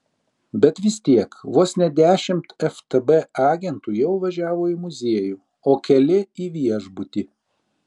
bet vis tiek vos ne dešimt ftb agentų jau važiavo į muziejų o keli į viešbutį